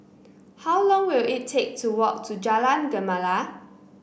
how long will it take to walk to Jalan Gemala